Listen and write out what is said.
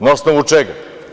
Na osnovu čega?